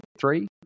Three